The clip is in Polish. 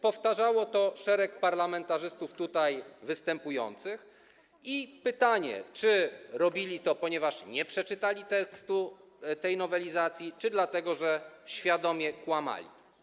Powtarzało to szereg parlamentarzystów tutaj występujących i pytanie, czy robili to, ponieważ nie przeczytali tekstu tej nowelizacji, czy dlatego, że świadomie kłamali.